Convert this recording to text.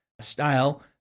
style